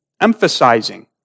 emphasizing